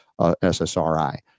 SSRI